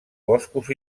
boscos